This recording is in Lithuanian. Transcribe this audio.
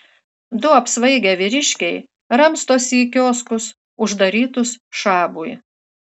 du apsvaigę vyriškiai ramstosi į kioskus uždarytus šabui